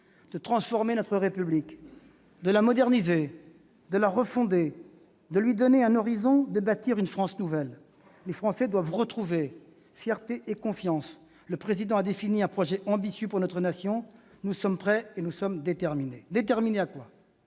de transformer notre République, de la moderniser, de la refonder, de lui donner un horizon, de bâtir une France nouvelle. Les Français doivent retrouver fierté et confiance. Le Président a défini un projet ambitieux pour notre nation. Nous sommes prêts et déterminés. Déterminés à agir